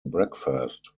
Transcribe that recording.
breakfast